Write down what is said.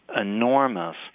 enormous